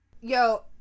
Yo